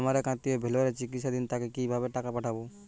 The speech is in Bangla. আমার এক আত্মীয় ভেলোরে চিকিৎসাধীন তাকে কি ভাবে টাকা পাঠাবো?